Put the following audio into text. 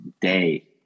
day